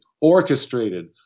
orchestrated